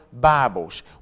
Bibles